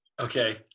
Okay